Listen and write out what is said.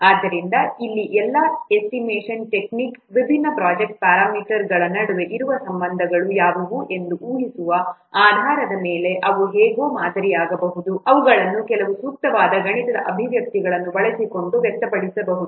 ಆದ್ದರಿಂದ ಇಲ್ಲಿ ಈ ಎಸ್ಟಿಮೇಷನ್ ಟೆಕ್ನಿಕ್ ವಿಭಿನ್ನ ಪ್ರೊಜೆಕ್ಟ್ ಪ್ಯಾರಾಮೀಟರ್ಗಳ ನಡುವೆ ಇರುವ ಸಂಬಂಧಗಳು ಯಾವುವು ಎಂದು ಊಹಿಸುವ ಆಧಾರದ ಮೇಲೆ ಅವು ಹೇಗೋ ಮಾದರಿಯಾಗಬಹುದು ಅವುಗಳನ್ನು ಕೆಲವು ಸೂಕ್ತವಾದ ಗಣಿತದ ಅಭಿವ್ಯಕ್ತಿಗಳನ್ನು ಬಳಸಿಕೊಂಡು ವ್ಯಕ್ತಪಡಿಸಬಹುದು